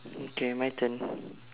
okay my turn